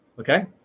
Okay